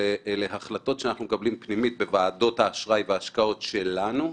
אלו החלטות שאנחנו מקבלים פנימית בוועדות האשראי וההשקעות שלנו.